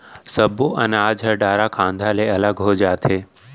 सब्बो अनाज ह डारा खांधा ले अलगे हो जाथे